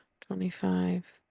twenty-five